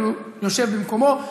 אבל הוא יושב במקומו.